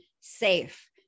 safe